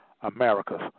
Americas